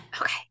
Okay